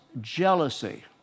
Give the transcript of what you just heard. jealousy